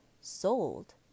sold